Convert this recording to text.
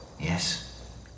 Yes